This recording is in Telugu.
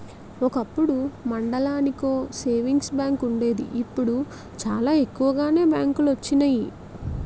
ఒకప్పుడు మండలానికో సేవింగ్స్ బ్యాంకు వుండేది ఇప్పుడు చాలా ఎక్కువగానే బ్యాంకులొచ్చినియి